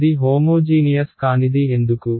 ఇది హోమోజీనియస్ కానిది ఎందుకు